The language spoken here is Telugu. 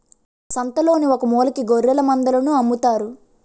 సంతలోన ఒకమూలకి గొఱ్ఱెలమందలను అమ్ముతారు